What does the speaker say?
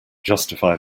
justify